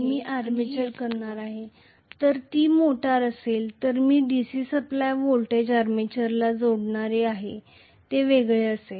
आणि मी आर्मेचर करणार आहे जर ती मोटार असेल तर मी DC सप्लाय व्होल्टेज आर्मेचरला जोडणार आहे जे वेगळं असेल